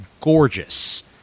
gorgeous